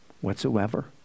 whatsoever